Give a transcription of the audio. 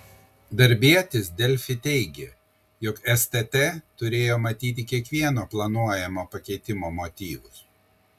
darbietis delfi teigė jog stt turėjo matyti kiekvieno planuojamo pakeitimo motyvus